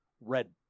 red